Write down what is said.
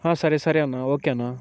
సరే సరే అన్నా ఓకే అన్నా